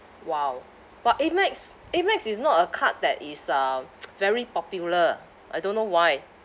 !wow! but Amex Amex is not a card that is uh very popular I don't know why